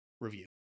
review